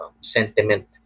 sentiment